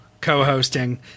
co-hosting